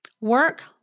Work